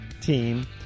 team